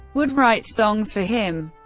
would write songs for him.